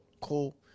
cool